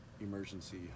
emergency